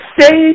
say